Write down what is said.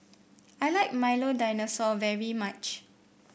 I like Milo Dinosaur very much